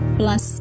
plus